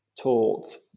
taught